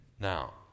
Now